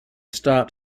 stop